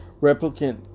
replicant